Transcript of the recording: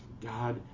God